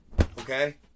Okay